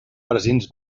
presents